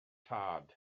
tad